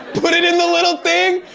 put it in the little thing.